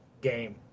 game